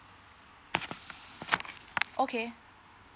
okay